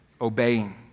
obeying